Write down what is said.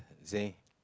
you see